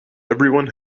everyone